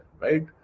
right